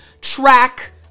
track